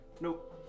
Nope